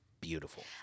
beautiful